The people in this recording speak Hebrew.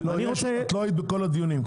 את לא היית בכל הדיונים.